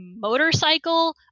motorcycle